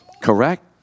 Correct